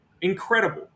incredible